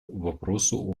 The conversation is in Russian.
вопросу